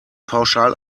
pauschal